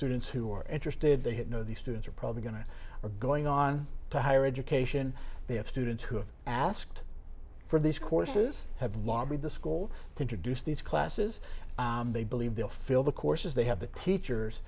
students who are interested they have no these students are probably going to are going on to higher education they have students who have asked for these courses have lobbied the school to introduce these classes they believe they'll fill the courses they have the teachers